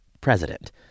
president